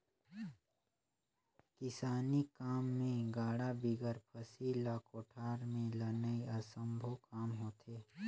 किसानी काम मे गाड़ा बिगर फसिल ल कोठार मे लनई असम्भो काम होथे